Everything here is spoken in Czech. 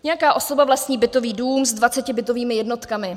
Nějaká osoba vlastní bytový dům s 20 bytovými jednotkami.